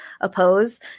oppose